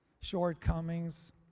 Shortcomings